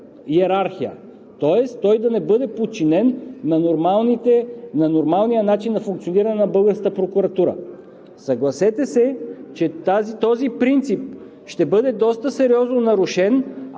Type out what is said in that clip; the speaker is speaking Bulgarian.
йерархия, тоест той да не бъде подчинен на нормалния начин на функциониране на българската прокуратура. Съгласете се, че този принцип ще бъде доста сериозно нарушен,